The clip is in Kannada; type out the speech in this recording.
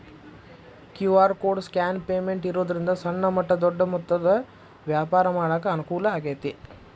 ಕ್ಯೂ.ಆರ್ ಕೋಡ್ ಸ್ಕ್ಯಾನ್ ಪೇಮೆಂಟ್ ಇರೋದ್ರಿಂದ ಸಣ್ಣ ಮಟ್ಟ ದೊಡ್ಡ ಮೊತ್ತದ ವ್ಯಾಪಾರ ಮಾಡಾಕ ಅನುಕೂಲ ಆಗೈತಿ